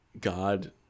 god